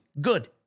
Good